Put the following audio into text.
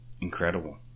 Incredible